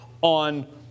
on